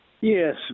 Yes